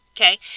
Okay